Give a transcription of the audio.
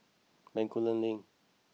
Bencoolen Link